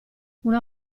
una